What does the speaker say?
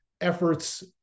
efforts